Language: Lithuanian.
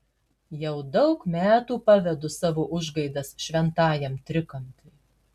jau daug metų pavedu savo užgaidas šventajam trikampiui